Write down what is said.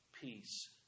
peace